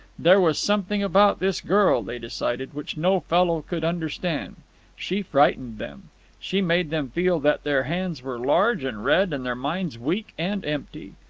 there was something about this girl, they decided, which no fellow could understand she frightened them she made them feel that their hands were large and red and their minds weak and empty.